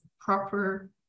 proper